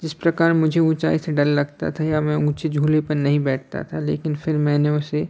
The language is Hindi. जिस प्रकार मुझे ऊँचाई से डर लगता था या मैं ऊँचे झूले पर नहीं बैठता था लेकिन फिर मैंने उसे